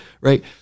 right